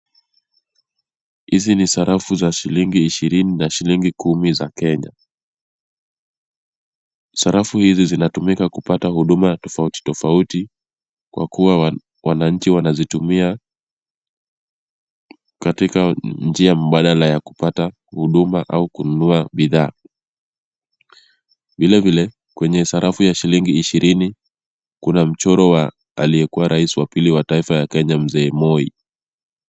Hizi ni sarafu za shilingi ishirini na shilingi kumi za Kenya. Sarafu hizi zinatumika kupata huduma tofauti tofauti kwa kuwa wananchi wanazitumia katika njia mbadala ya kupata huduma au kununua bidhaa. Vile vile kwenye sarafu ya shilingi ishirini, kuna mchoro wa aliyekuwa rais wa pili wa taifa ya Kenya mzee Moi.